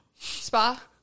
Spa